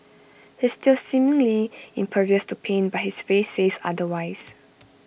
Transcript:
he's still seemingly impervious to pain but his face says otherwise